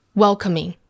welcoming